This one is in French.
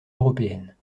européennes